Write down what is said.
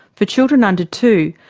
for children under two,